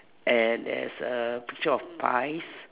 and there's a picture of pies